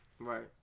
Right